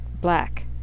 black